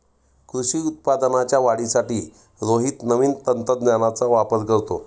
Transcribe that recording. कृषी उत्पादनाच्या वाढीसाठी रोहित नवीन तंत्रज्ञानाचा वापर करतो